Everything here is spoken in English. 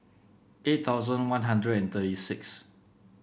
eight thousand One Hundred and thirty six